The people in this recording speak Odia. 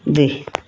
ଦୁଇ